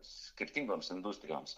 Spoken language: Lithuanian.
skirtingoms industrijoms